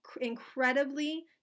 incredibly